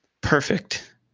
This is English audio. Perfect